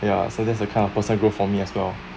ya so that's the kind of personal growth for me as well